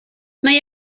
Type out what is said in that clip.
mae